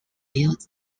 billed